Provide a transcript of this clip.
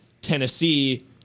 Tennessee